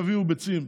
הם יביאו ביצים,